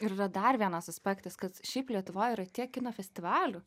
ir yra dar vienas aspektas kad šiaip lietuvoj yra tiek kino festivalių